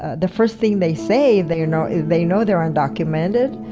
the first thing they say, they you know they know they're undocumented,